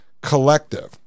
collective